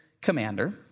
commander